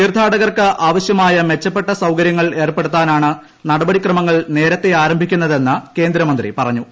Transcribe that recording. തീർത്ഥാടകർക്ക് ആവശ്യമായ മെച്ചപ്പെട്ട സൌകര്യങ്ങൾ ഏർപ്പെടുത്താനാണ് നടപടിക്രമങ്ങൾ നേരത്തെ ആരംഭിക്കുന്നതെന്ന് കേന്ദ്രമന്ത്രി പറഞ്ഞു